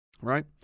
Right